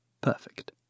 Perfect